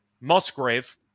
Musgrave